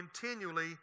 continually